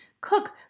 cook